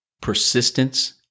persistence